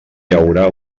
haurà